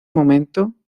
momento